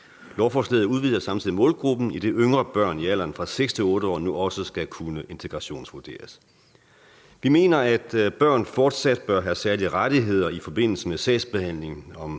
Lovforslaget udvider samtidig målgruppen, idet yngre børn i alderen fra 6 til 8 år nu også skal kunne integrationsvurderes. Vi mener, at børn fortsat bør have særlige rettigheder i forbindelse med sagsbehandling om